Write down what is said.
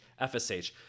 FSH